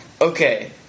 Okay